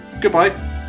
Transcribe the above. Goodbye